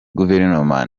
guverinoma